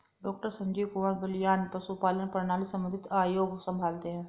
doctor Sanjeev Kumar Baliyan पशुपालन प्रणाली संबंधित आयोग संभालते हैं